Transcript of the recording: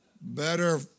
Better